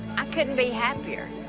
i couldn't be happier!